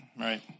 Right